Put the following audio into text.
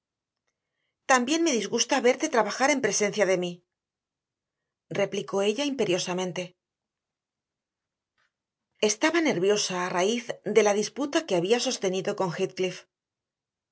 mí me disgusta verte trabajar en presencia mía replicó ella imperiosamente estaba nerviosa a raíz de la disputa que había sostenido con